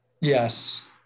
Yes